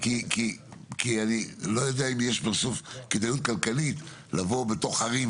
כי אני לא יודע אם יש בסוף כדאיות כלכלית לבוא לתוך ערים,